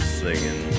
singing